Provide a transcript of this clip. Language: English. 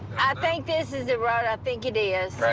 think this is the road. i think it is.